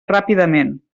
ràpidament